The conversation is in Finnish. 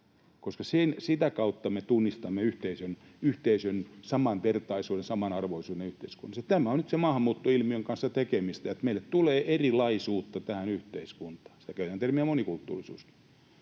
koska sitä kautta me tunnistamme samanvertaisuuden, samanarvoisuuden yhteiskunnassa. Tällä on nyt sen maahanmuuttoilmiön kanssa tekemistä. Meille tulee erilaisuutta tähän yhteiskuntaan. Siitä käytetään termiä monikulttuurisuus.